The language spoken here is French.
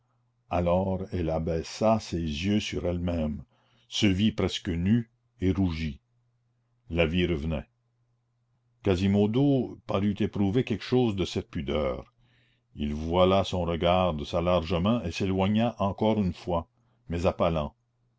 alors elle abaissa ses yeux sur elle-même se vit presque nue et rougit la vie revenait quasimodo parut éprouver quelque chose de cette pudeur il voila son regard de sa large main et s'éloigna encore une fois mais à pas